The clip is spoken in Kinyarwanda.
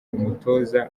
umutoza